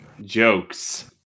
jokes